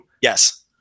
Yes